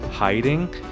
Hiding